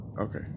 okay